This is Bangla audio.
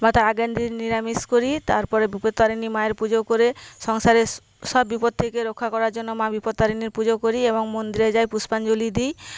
বা তার আগের দিন নিরামিষ করি তারপরে বিপত্তারিণী মায়ের পুজো করে সংসারের সব বিপদ থেকে রক্ষা করার জন্য মা বিপত্তারিণীর পুজো করি এবং মন্দিরে যাই পুষ্পাঞ্জলি দিই